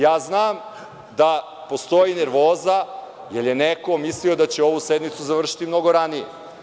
Ja znam da postoji nervoza, jer je neko mislio da će ovu sednicu završiti mnogo ranije.